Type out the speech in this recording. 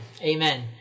Amen